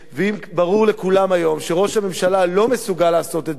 ואם ברור לכולם היום שראש הממשלה לא מסוגל לעשות את זה,